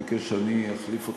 הוא ביקש שאני אחליף אותו,